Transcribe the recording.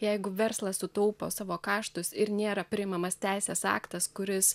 jeigu verslas sutaupo savo kaštus ir nėra priimamas teisės aktas kuris